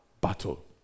battle